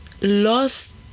lost